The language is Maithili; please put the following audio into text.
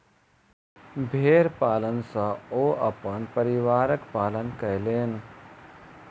भेड़ पालन सॅ ओ अपन परिवारक पालन कयलैन